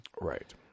right